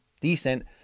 decent